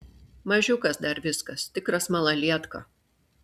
mažiukas dar viskas tikras malalietka